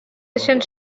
өчен